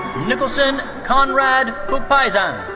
nicholson konrad koukpaizan.